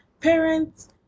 parents